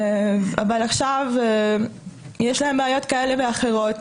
אבל עכשיו יש להם בעיות כאלה ואחרות.